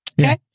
Okay